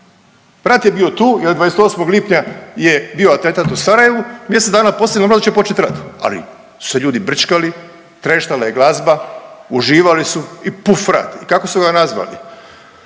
Rat je bio tu jer 28. lipanja je bio atentat u Sarajevu, mjesec dana poslije normalno da će početi rat, ali su se ljudi brčkali, treštala je glazba, uživali su i puf rat i kako su ga nazvali,